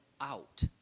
out